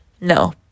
No